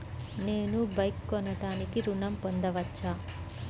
నేను బైక్ కొనటానికి ఋణం పొందవచ్చా?